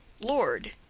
lord,